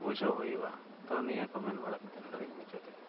ᱵᱩᱡᱷᱟᱹᱣ ᱦᱩᱭᱩᱜᱼᱟ ᱛᱳ ᱱᱤᱭᱟᱹᱠᱚ ᱢᱮᱱ ᱵᱟᱲᱟ ᱠᱟᱛᱮᱫ ᱱᱚᱸᱰᱮᱜᱮᱧ ᱢᱩᱪᱟᱹᱫ ᱮᱫᱟ